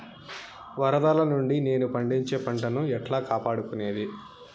వరదలు నుండి నేను పండించే పంట ను ఎట్లా కాపాడుకునేది?